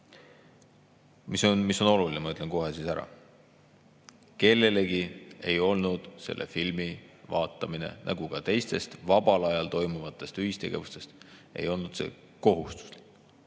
see on oluline, ma ütlen selle kohe ära –, et kellelegi ei olnud selle filmi vaatamine, nagu ka teistest vabal ajal toimuvatest ühistegevustest osavõtmine kohustuslik.